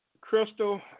Crystal